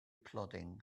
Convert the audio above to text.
plodding